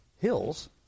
hills